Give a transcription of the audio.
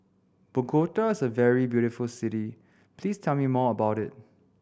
Bogota is a very beautiful city please tell me more about it